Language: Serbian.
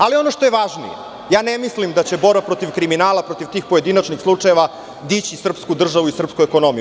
Ali, ono što je važnije, ne mislim da će borba protiv kriminala, protiv tih pojedinačnih slučajeva dići srpsku državu i srpsku ekonomiju.